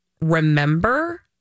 remember